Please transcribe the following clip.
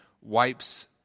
wipes